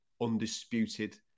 undisputed